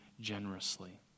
generously